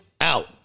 out